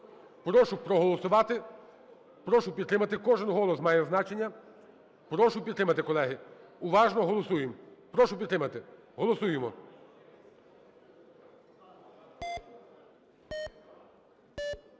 Прошу проголосувати. Прошу підтримати. Кожен голос має значення. Прошу підтримати, колеги. Уважно голосуємо. Прошу підтримати. Голосуємо.